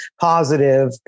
positive